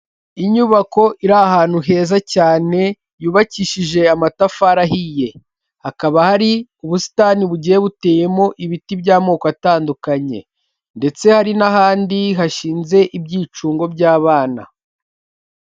Inyubako iri ahantu heza cyane yubakishije amatafari ahiye, hakaba hari ubusitani bugiye buteyemo ibiti by'amoko atandukanye, ndetse hari n'ahandi hashinze ibyicungo by'abana.